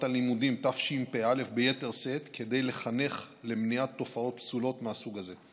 הלימודים תשפ"א ביתר שאת כדי לחנך למניעת תופעות פסולות מהסוג הזה.